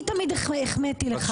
אני תמיד החמאתי לך.